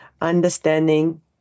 understanding